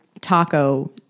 taco